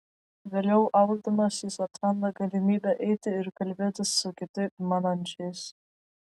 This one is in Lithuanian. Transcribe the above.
vėliau augdamas jis atranda galimybę eiti ir kalbėtis su kitaip manančiais